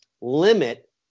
limit